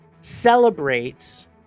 celebrates